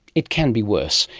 it can be worse.